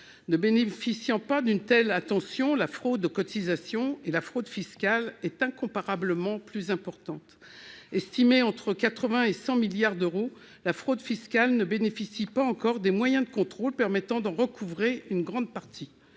Ne bénéficiant pas d'une telle attention, la fraude aux cotisations et la fraude fiscale sont incomparablement plus importantes. Alors que l'on chiffre son montant entre 80 et 100 milliards d'euros, la fraude fiscale ne bénéficie pas encore des moyens de contrôle qui permettraient d'en recouvrer une grande partie.